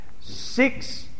Six